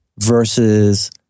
versus